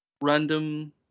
random